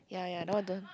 ya ya now I don't